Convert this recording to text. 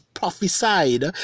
Prophesied